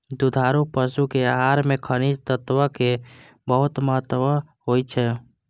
दुधारू पशुक आहार मे खनिज तत्वक बहुत महत्व होइ छै